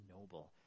noble